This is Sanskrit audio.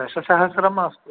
दशसहस्रम् मास्तु